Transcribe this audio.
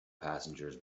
passengers